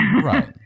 Right